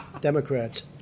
Democrats